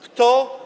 Kto?